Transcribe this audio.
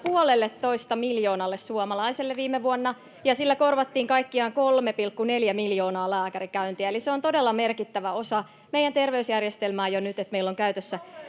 puolelletoista miljoonalle suomalaiselle viime vuonna ja niillä korvattiin kaikkiaan 3,4 miljoonaa lääkärikäyntiä, eli se on todella merkittävä osa meidän terveysjärjestelmää jo nyt, että meillä on käytössä